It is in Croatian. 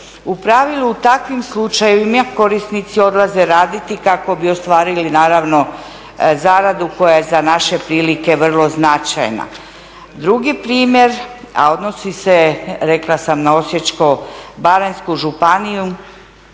U pravilu u takvim slučajevima korisnici odlaze raditi kako bi ostvarili zaradu koja je za naše prilike vrlo značajna. Drugi primjer, a odnosi se rekla sam na Osječko-baranjsku županiju